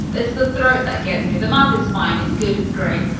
it's the throat that gets me. the mouth is fine. it's good. it's great.